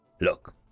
look